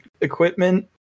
equipment